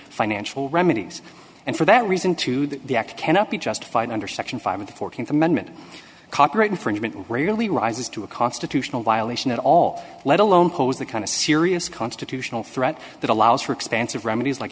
financial remedies and for that reason to that the act cannot be justified under section five of the th amendment copyright infringement and rarely rises to a constitutional violation at all let alone pose the kind of serious constitutional threat that allows for expansive remedies like